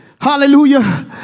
hallelujah